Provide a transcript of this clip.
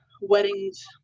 weddings